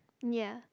ya